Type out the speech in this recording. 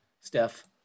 Steph